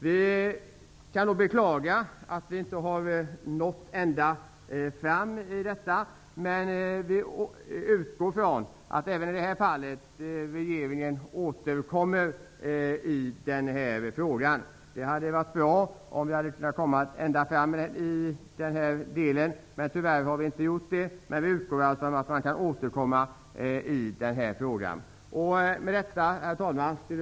Vi beklagar att vi inte nått ända fram, men vi utgår ifrån att regeringen återkommer även i den här frågan. Det hade varit bra om vi hade kunnat komma ända fram i den här delen. Tyvärr har vi inte gjort det, men vi utgår ifrån att man kan återkomma i frågan. Herr talman!